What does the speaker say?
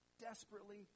desperately